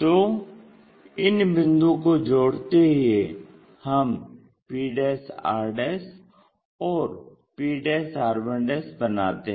तो इन बिंदुओं को जोड़ते हुए हम p r और p r 1 बनाते हैं